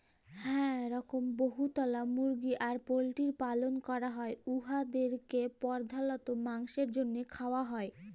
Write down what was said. হাঁ রকম বহুতলা মুরগি আর পল্টিরির পালল ক্যরা হ্যয় উয়াদেরকে পর্ধালত মাংছের জ্যনহে খাউয়া হ্যয়